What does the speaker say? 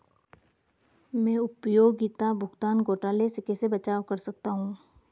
मैं उपयोगिता भुगतान घोटालों से कैसे बचाव कर सकता हूँ?